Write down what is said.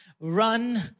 run